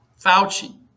Fauci